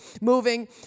moving